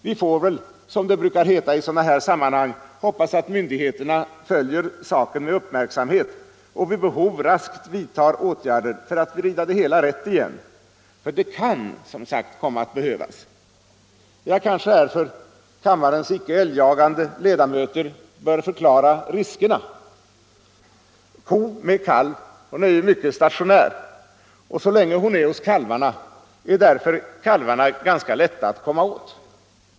Vi får, som det brukar heta i sådana här sammanhang, hoppas att myndigheterna följer saken med uppmärksamhet och vid behov raskt vidtar åtgärder för att vrida det hela rätt igen, för det kan som sagt komma att behövas. Jag kanske här för kammarens icke älgjagande ledamöter bör förklara riskerna. En ko med kalv är mycket stationär, och så länge hon är hos kalvarna, är därför kalvarna ganska lätta att komma åt.